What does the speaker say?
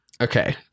Okay